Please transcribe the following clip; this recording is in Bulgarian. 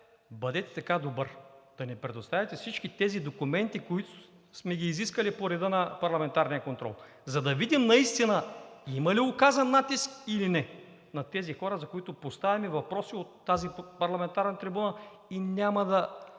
бъдете така добър да ни предоставите всички тези документи, които сме изискали по реда на парламентарния контрол, за да видим наистина има ли оказан натиск, или не над тези хора, за които поставяме въпроси от тази парламентарна трибуна, и няма да